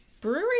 Brewery